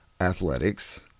athletics